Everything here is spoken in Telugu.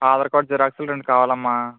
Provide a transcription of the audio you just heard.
ఆధార్ కార్డ్ జిరాక్స్లు రెండు కావాలమ్మా